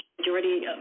majority